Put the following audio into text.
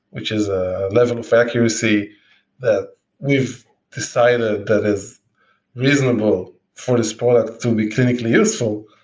which is a level of accuracy that we've decided that is reasonable for this product to be clinically useful,